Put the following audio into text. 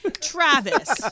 Travis